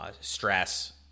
stress